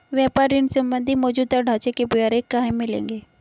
व्यापार ऋण संबंधी मौजूदा ढांचे के ब्यौरे कहाँ मिलेंगे?